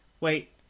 Wait